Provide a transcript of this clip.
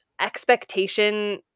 expectation